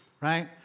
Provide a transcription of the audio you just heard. Right